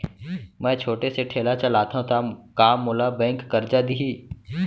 मैं छोटे से ठेला चलाथव त का मोला बैंक करजा दिही?